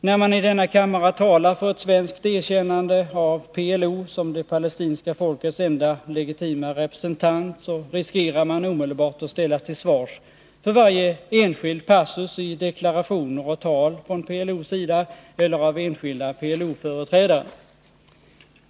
När man i denna kammare talar för ett svenskt erkännande av PLO som det palestinska folkets enda legitima representant, riskerar man omedelbart att ställas till svars för varje enskild passus i deklarationer och tal från PLO:s sida eller av enskilda PLO-företrädare.